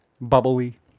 bubbly